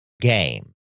game